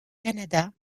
canada